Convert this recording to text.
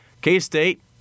K-State